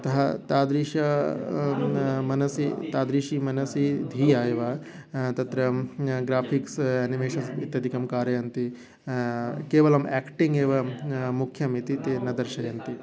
अतः तादृश मनसि तादृशी मनसि धिया एव तत्र ग्राफ़िक्स् अनिमेशन्स् इत्यादिकं कारयन्ति केवलं याक्टिङ्ग् एव मुख्यम् इति ते न दर्शयन्ति